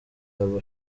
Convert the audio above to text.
aba